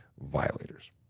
violators